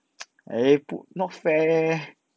eh 不 not fair leh